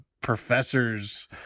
professor's